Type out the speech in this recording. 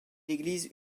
église